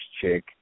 chick